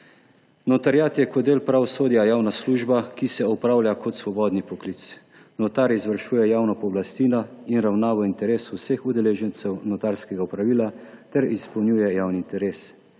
Notariat je kot del pravosodja javna služba, ki se opravlja kot svoboden poklic. Notar izvršuje javna pooblastila in ravna v interesu vseh udeležencev notarskega opravila ter izpolnjuje javni interes.